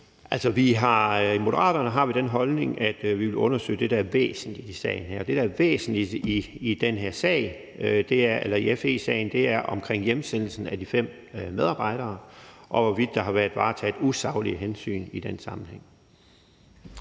I Moderaterne har vi den holdning, at vi vil undersøge det, der er væsentligt i sagen her, og det, der er væsentligt i FE-sagen, er omkring hjemsendelsen af de fem medarbejdere, og hvorvidt der har været varetaget usaglige hensyn i den sammenhæng.